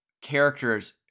Characters